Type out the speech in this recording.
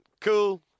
cool